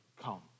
come